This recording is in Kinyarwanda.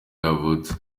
yavutse